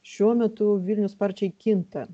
šiuo metu vilnius sparčiai kinta